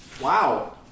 Wow